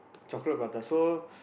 chocolate prata so